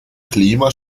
klima